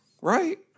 Right